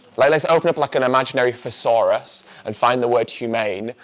let's open up like an imaginary thesaurus and find the word humane.